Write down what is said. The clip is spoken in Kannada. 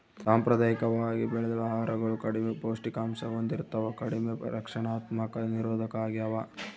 ಸಾಂಪ್ರದಾಯಿಕವಾಗಿ ಬೆಳೆದ ಆಹಾರಗಳು ಕಡಿಮೆ ಪೌಷ್ಟಿಕಾಂಶ ಹೊಂದಿರ್ತವ ಕಡಿಮೆ ರಕ್ಷಣಾತ್ಮಕ ನಿರೋಧಕ ಆಗ್ಯವ